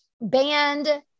banned